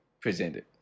presented